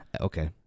okay